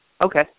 Okay